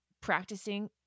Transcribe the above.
practicing